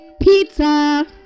Pizza